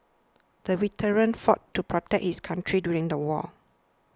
the veteran fought to protect his country during the war